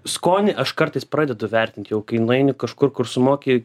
skonį aš kartais pradedu vertint jau kai nueini kažkur kur sumoki